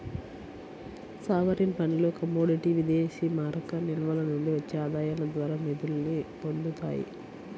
sovereign ఫండ్లు commodity విదేశీమారక నిల్వల నుండి వచ్చే ఆదాయాల ద్వారా నిధుల్ని పొందుతాయి